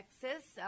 Texas